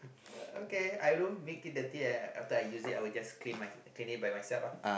okay I don't make it dirty after I use it I will just clean I will just clean it by myself ah